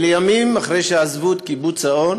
לימים, אחרי שעזבו את קיבוץ האון